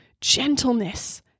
gentleness